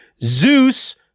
Zeus